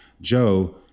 Joe